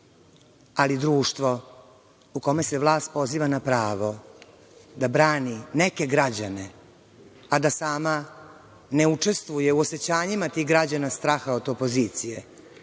društvo u kome se vlast poziva na pravo da brani neke građane, a da sama ne učestvuje u osećanjima tih građana, straha od opozicije,